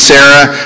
Sarah